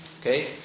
Okay